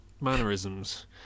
mannerisms